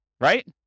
right